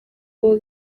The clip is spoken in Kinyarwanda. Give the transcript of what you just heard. uwa